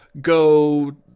go